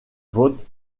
votent